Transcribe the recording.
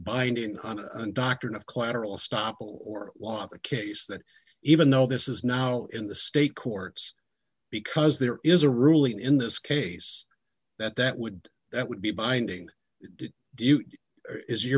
binding on a doctrine of collateral stoppel or law the case that even though this is now in the state courts because there is a ruling in this case that that would that would be binding it is your